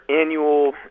annual